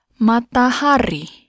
Matahari